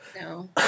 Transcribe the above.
no